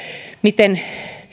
miten